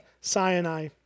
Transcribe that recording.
Sinai